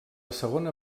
segona